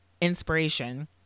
inspiration